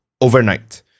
overnight